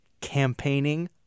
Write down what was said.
Campaigning